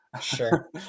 Sure